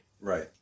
Right